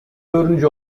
dördüncü